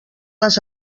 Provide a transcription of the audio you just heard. les